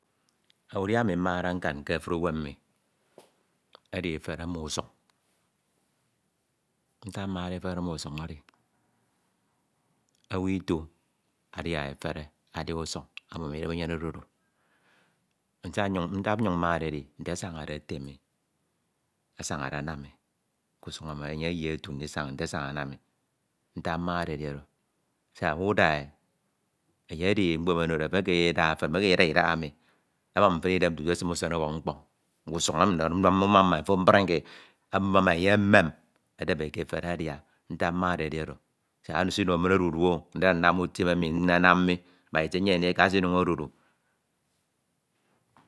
Udia ami mmade nka ke efuri uwem mmi edi efere ma usuñ. ntak mmade efere adia efere adia efere adia usuñ amum idem enyene odudu siak nnyiñ nfak nnyiñ mmade e edi nte asañade etem e. asañade aname k’usuñ emi enye eyie tutu nte asañade anam e. ntak mmade e edi oro siak uda e. enye odi mkpo emi onode fin. enya edi mkpo emi onode Fin ekeme ndida idahaemi amum fin idem tutu esin usen ubok mkpọñ. nda ndo Nmamum e afo afubrank e amum e enye emem edebi e ke efere adia. ntak mmade e edi oro siak esino. inñ odudo o. Ndida nnam utim emi nnanam mi. nyem ndika esino inñ odudo.